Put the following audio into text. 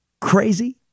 Crazy